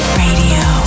radio